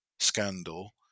scandal